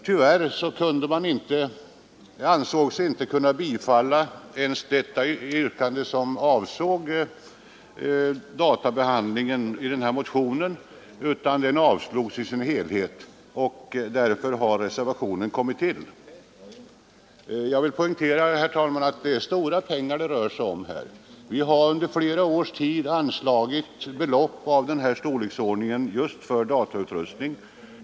Tyvärr ansåg sig utskottet inte kunna tillstyrka motionsyrkandet, utan det avstyrktes i sin helhet. Därför har reservationen kommit till. Jag vill, herr talman, poängtera att det rör sig om stora pengar. Vi har under flera år anslagit belopp av denna storlek just för datautrustning.